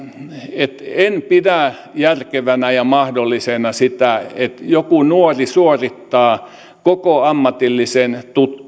en pidä järkevänä ja mahdollisena sitä että joku nuori suorittaa koko ammatillisen